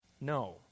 No